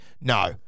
No